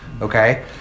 Okay